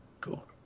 cool